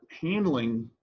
handling